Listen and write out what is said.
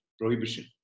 prohibition